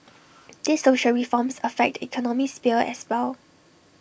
these social reforms affect the economic sphere as well